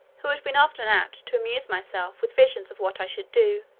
who had been often apt to amuse myself with visions of what i should do,